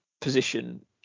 position